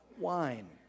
wine